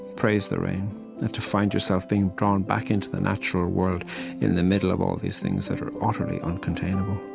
praise the rain, and to find yourself being drawn back into the natural world in the middle of all these things that are utterly uncontainable